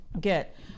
get